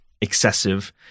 excessive